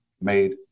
made